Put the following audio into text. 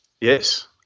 yes